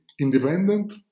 independent